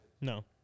No